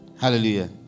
Hallelujah